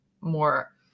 more